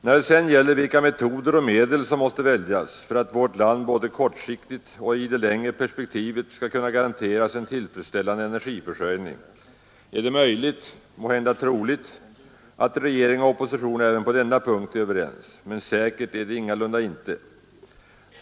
När det sedan gäller vilka metoder och medel som måste väljas för att vårt land både kortsiktigt och i det längre perspektivet skall kunna garanteras en tillfredsställande energiförsörjning, är det möjligt, måhända troligt, att regering och opposition även på denna punkt är överens, men säkert är det ingalunda.